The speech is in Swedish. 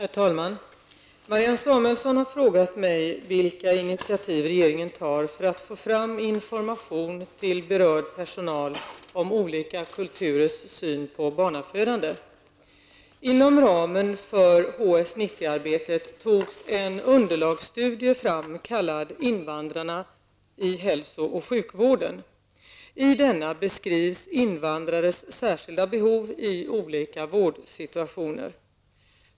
Herr talman! Marianne Samuelsson har frågat mig vilka initiativ regeringen tar för att få fram information till berörd personal om olika kulturers syn på barnafödande. Inom ramen för HS 90-arbetet togs en underlagsstudie fram kallad ''Invandrarna i Hälsooch sjukvården'' . I denna beskrivs invandrares särskilda behov i olika vårdsituationer.